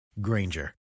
Granger